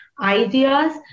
ideas